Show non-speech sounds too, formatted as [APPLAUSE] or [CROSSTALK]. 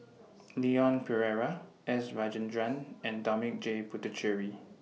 [NOISE] Leon Perera S Rajendran and Dominic J Puthucheary